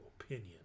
opinion